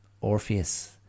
Orpheus